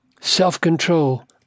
Self-control